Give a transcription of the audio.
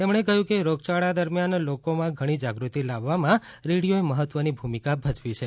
તેમણે કહ્યું કે રોગચાળા દરમિયાન લોકોમાં ઘણી જાગૃતિ લાવવામાં રેડિયોએ મહત્વની ભૂમિકા ભજવી છે